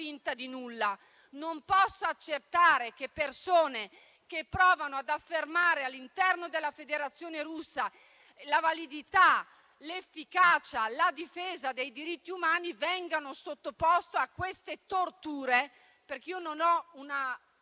non possa accettare che persone che provano ad affermare, all'interno della Federazione Russa, la validità, l'efficacia e la difesa dei diritti umani vengano sottoposte a queste torture, perché io non ho un